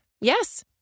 Yes